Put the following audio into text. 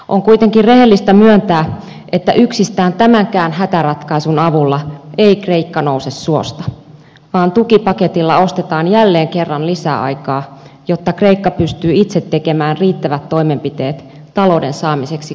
on kuitenkin rehellistä myöntää että yksistään tämänkään hätäratkaisun avulla ennen kristusta ikka nouse suosta vaan tukipaketilla ostetaan jälleen kerran lisäaikaa jotta kreikka pystyy itse tekemään riittävät toimenpiteet talouden saamiseksi kasvu uralle